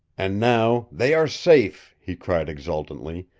and now they are safe, he cried exultantly.